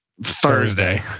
Thursday